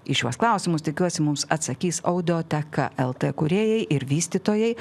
į šiuos klausimus tikiuosi mums atsakys audioteka lt kūrėjai ir vystytojai